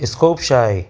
scope छा आहे